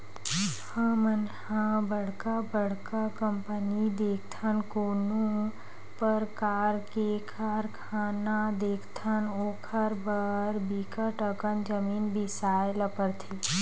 हमन ह बड़का बड़का कंपनी देखथन, कोनो परकार के कारखाना देखथन ओखर बर बिकट अकन जमीन बिसाए ल परथे